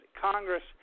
Congress